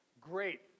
Great